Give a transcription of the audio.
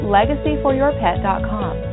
legacyforyourpet.com